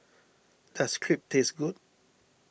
does Crepe taste good